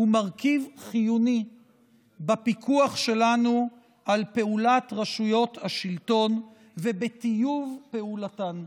הוא מרכיב חיוני בפיקוח שלנו על פעולת רשויות השלטון ובטיוב פעולתן.